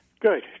Good